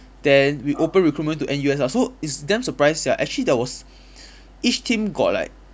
then we open recruitment to N_U_S ah so it's damn surprised sia actually there was each team got like